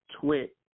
twit